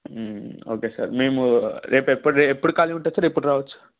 okay sir మేము రేపు ఎప్పుడు రే ఎప్పుడు ఖాళీ ఉంటారు సార్ ఎప్పుడు రావచ్చు